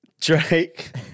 Drake